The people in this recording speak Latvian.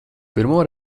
pirmo